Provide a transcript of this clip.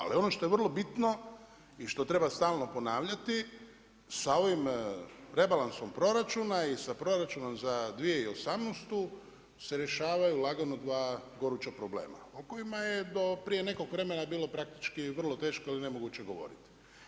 Ali ono što je vrlo bitno i što treba stalno ponavljati sa ovim rebalansom proračuna i sa proračunom za 2018. se rješavaju lagano dva goruća problema o kojima je do prije nekog vremena bilo praktički vrlo teško ili nemoguće govoriti.